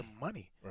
money